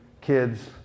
kids